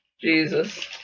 Jesus